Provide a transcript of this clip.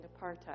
apartheid